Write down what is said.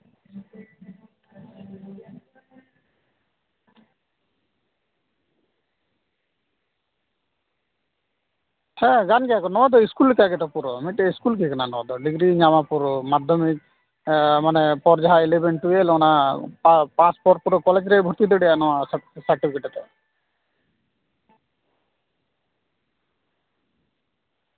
ᱦᱮᱸ ᱜᱟᱱ ᱜᱮᱭᱟ ᱠᱚ ᱱᱚᱣᱟᱫᱚ ᱤᱥᱠᱩᱞ ᱞᱮᱠᱟᱜᱮᱛᱚ ᱯᱩᱨᱟᱹ ᱢᱤᱫᱴᱮᱱ ᱤᱥᱠᱩᱞ ᱜᱮ ᱱᱚᱣᱟ ᱫᱚ ᱰᱤᱜᱽᱨᱤ ᱧᱟᱢᱟᱢ ᱯᱩᱨᱟᱹ ᱢᱟᱫᱽᱫᱷᱚᱢᱤᱠ ᱯᱚᱨ ᱡᱟᱦᱟᱸ ᱤᱞᱮᱵᱷᱮᱱ ᱴᱩᱭᱮᱞᱵᱷ ᱚᱱᱟ ᱯᱟᱥ ᱯᱚᱨ ᱠᱚᱞᱮᱡᱽ ᱨᱮ ᱵᱷᱩᱨᱛᱤ ᱫᱟᱲᱮᱭᱟᱜᱼᱟ ᱱᱚᱣᱟ ᱥᱟᱨᱴᱤᱯᱷᱤᱠᱮᱴᱟᱛᱮ